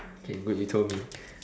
okay good you told me